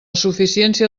suficiència